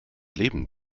leben